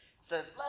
says